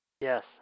Yes